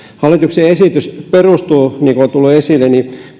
hallituksen esitys perustuu niin kuin on tullut esille